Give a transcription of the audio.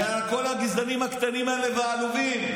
ועל כל הגזענים הקטנים האלה והעלובים.